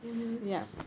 mmhmm